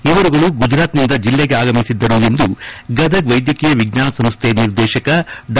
ಇವರುಗಳು ಗುಜರಾತ್ನಿಂದ ಜಲ್ಲೆಗೆ ಆಗಮಿಸಿದ್ದರು ಎಂದು ಗದಗ ವೈದ್ಯಕೀಯ ವಿಜ್ಞಾನ ಸಂಸ್ಥೆ ನಿರ್ದೇಶಕ ಡಾ